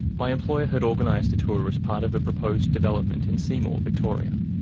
my employer had organised a tour as part of a proposed development in seymour, victoria.